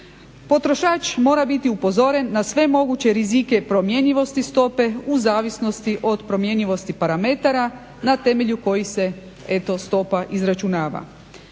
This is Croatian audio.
Potrošač mora biti upozoren na sve moguće rizike i promjenjivosti stope u zavisnosti od promjenjivosti parametara na temelju kojih se stopa izračunava.